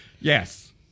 Yes